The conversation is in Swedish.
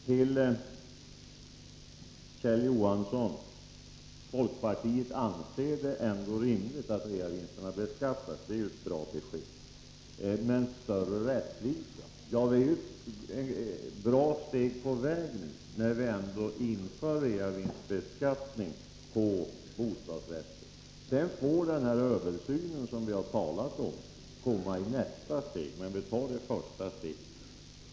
Till Kjell Johansson: Folkpartiet anser det ändå rimligt att reavinsterna beskattas, och det är ju ett bra besked. Men när det gäller talet om större rättvisa vill jag säga att vi tar ju ett stort steg på väg, när vi nu inför reavinstbeskattning på bostadsrätter. Den översyn som vi talat om får komma i nästa steg, men vi tar det första steget här.